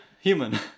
human